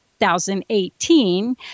2018